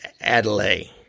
Adelaide